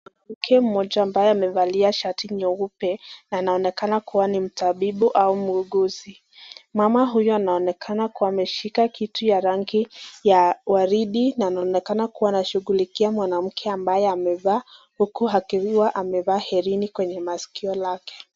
Mwanamke mmoja ambaye amevalia shati nyeupe anaonekana kuwa ni mtabibu au muuguzi. Mama huyu anaonekana kuwa ameshika kitu ya rangi ya waridi na anaonekana kuwa anashughulikia mwanamke ambaye amevaa, huku akiwa amevaa herini kwenye masikio lake.